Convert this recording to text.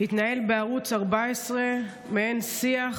התנהל בערוץ 14 מעין שיח